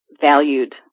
valued